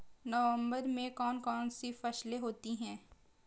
नवंबर में कौन कौन सी फसलें होती हैं?